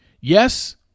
Yes